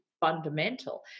fundamental